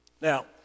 Now